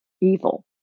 evil